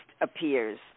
appears